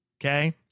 okay